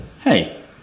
Hey